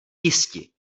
jisti